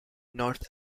north